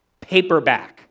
paperback